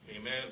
Amen